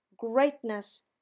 greatness